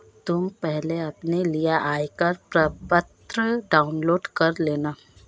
तुम पहले अपने लिए आयकर प्रपत्र डाउनलोड कर लेना